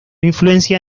influencia